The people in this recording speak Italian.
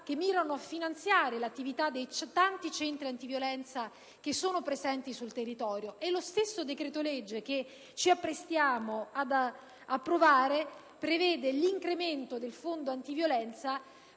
che mirano a finanziare l'attività dei tanti centri antiviolenza che sono presenti sul territorio. Lo stesso decreto‑legge che ci apprestiamo ad approvare prevede un incremento del fondo antiviolenza